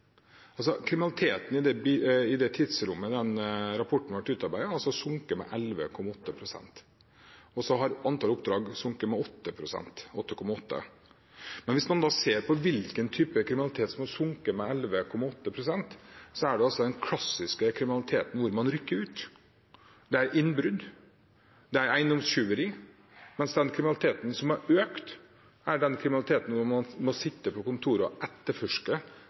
har sunket med 8,8 pst. Men hvis man ser på hvilken type kriminalitet som har sunket med 11,8 pst., er det altså den klassiske kriminaliteten, der hvor man rykker ut: Det er innbrudd, det er eiendomstyveri, mens den kriminaliteten som har økt, er den kriminaliteten man må sitte på